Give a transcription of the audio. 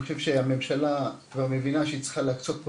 אני חושב שהממשלה מבינה שהיא צריכה להקצות פה